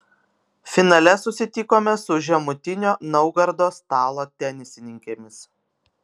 finale susitikome su žemutinio naugardo stalo tenisininkėmis